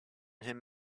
him